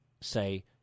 say –